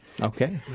Okay